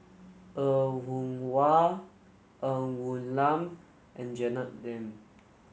Er Kwong Wah Ng Woon Lam and Janet Lim